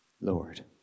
Lord